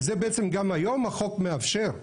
זה בעצם גם היום החוק מאפשר.